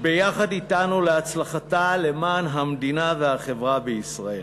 ביחד אתנו להצלחתה למען המדינה והחברה בישראל?